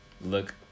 look